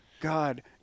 God